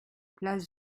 place